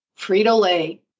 Frito-Lay